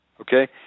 Okay